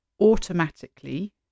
automatically